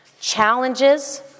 challenges